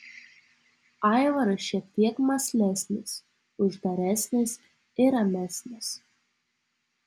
aivaras šiek tiek mąslesnis uždaresnis ir ramesnis